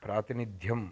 प्रातिनिध्यं